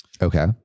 Okay